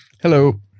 Hello